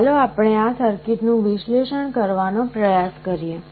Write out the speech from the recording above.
ચાલો આપણે આ સર્કિટનું વિશ્લેષણ કરવાનો પ્રયાસ કરીએ